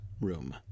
room